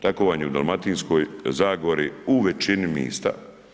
Tako vam je u Dalmatinski zagori u većini mjesta.